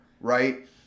right